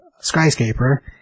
skyscraper